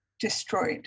destroyed